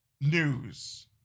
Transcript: news